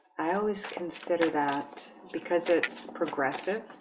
i always consider that because it's progressive.